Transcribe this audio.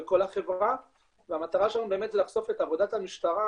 בכל החברה והמטרה שלנו באמת זה לחשוף את עבודת המשטרה